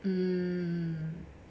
hmm